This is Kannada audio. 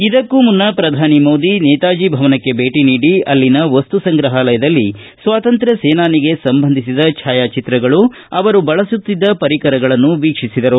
ಇದಕ್ಕೂ ಮುನ್ನ ಪ್ರಧಾನಿ ಮೋದಿ ನೇತಾಟಿ ಭವನಕ್ಕೆ ಭೇಟ ನೀಡಿ ಅಳ್ಲಿನ ವಸ್ತು ಸಂಗ್ರಹಾಲಯದಲ್ಲಿ ಸ್ವಾತಂತ್ರ್ಯ ಸೇನಾನಿಗೆ ಸಂಬಂಧಿಸಿದ ಛಾಯಾಚಿತ್ರಗಳು ಅವರು ಬಳಸುತ್ತಿದ್ದ ಪರಿಕರಗಳನ್ನು ವೀಕ್ಷಿಸಿದರು